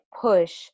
push